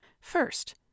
First